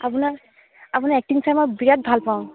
আপোনাৰ আপোনাৰ এক্টিং চাই মই বিৰাট ভাল পাওঁ